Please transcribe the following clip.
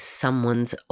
someone's